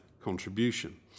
contribution